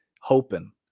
hoping